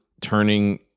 turning